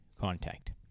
contact